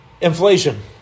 Inflation